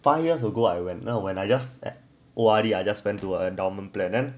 five years ago when no when I just at O_R_D I just went to endowment plan then